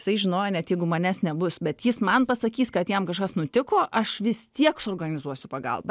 jisai žinojo net jeigu manęs nebus bet jis man pasakys kad jam kažkas nutiko aš vis tiek suorganizuosiu pagalbą